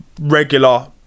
regular